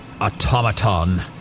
automaton